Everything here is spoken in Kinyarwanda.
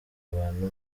abantu